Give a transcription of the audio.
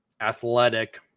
athletic